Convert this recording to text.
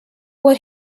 what